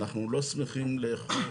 אנחנו לא שמחים לאכוף,